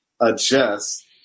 adjust